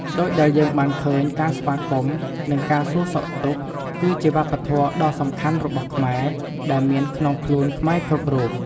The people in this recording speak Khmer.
ដូចដែលយើងបានឃើញ ការស្វាគមន៍ និងការសួរសុខទុក្ខ គឺជាវប្បធម៌ដ៏សំខាន់របស់ខ្មែរ ដែលមានក្នុងខ្លួនខ្មែរគ្រប់រូប។